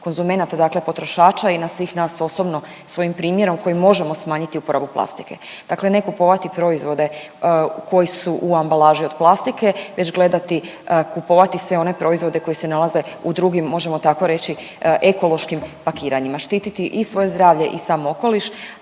konzumenata, dakle potrošača i na svih nas osobno svojim primjerom koji možemo smanjiti uporabu plastike. Dakle, ne kupovati proizvode koji su u ambalaži od plastike već gledati kupovati sve one proizvode koji se nalaze u drugim, možemo tako reći ekološkim pakiranjima, štititi i svoje zdravlje i sam okoliš.